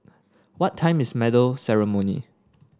what time is medal ceremony